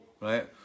right